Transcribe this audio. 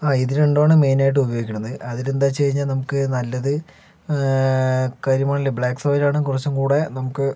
ആ ഇത് രണ്ടുമാണ് മെയ്നായിട്ട് ഉപയോഗിക്കണത് അതിൽ എന്താണെന്നുവെച്ച് കഴിഞ്ഞാൽ നമുക്ക് നല്ലത് കരിമണല് ബ്ലാക്ക് സോയിലാണ് കുറച്ചുകൂടെ നമുക്ക്